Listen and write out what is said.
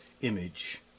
image